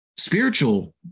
Spiritual